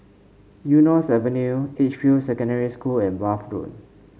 Eunos Avenue Edgefield Secondary School and Bath Road